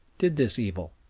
did this evil,